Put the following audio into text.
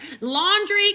Laundry